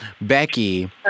Becky